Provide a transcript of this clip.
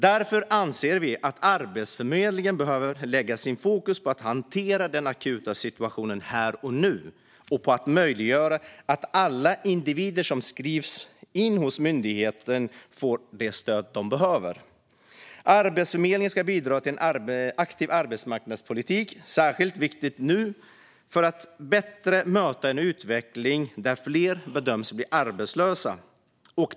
Därför anser vi att Arbetsförmedlingen behöver lägga sitt fokus på att hantera den akuta situationen här och nu och på att möjliggöra att alla individer som skrivs in hos myndigheten får det stöd de behöver. Arbetsförmedlingen ska bidra till en aktiv arbetsmarknadspolitik. Det är särskilt viktigt nu för att vi bättre ska kunna möta en utveckling där fler bedöms bli arbetslösa.